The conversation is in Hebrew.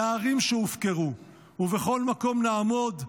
לערים, ובכל מקום נעמוד,